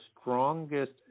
strongest